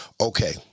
Okay